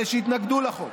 אלה שהתנגדו לחוק,